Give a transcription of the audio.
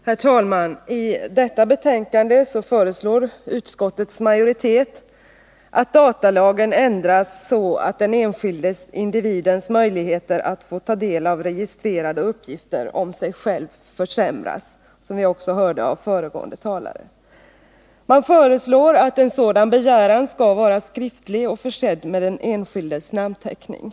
Herr talman! I detta betänkande föreslår utskottets majoritet att datalagen ändras så, att den enskilde individens möjligheter att få ta del av registrerade uppgifter om sig själv försämras, vilket också redovisades av föregående talare. Majoriteten föreslår att en begäran om att få ta del av registrerade uppgifter skall vara skriftlig och försedd med den enskildes namnteckning.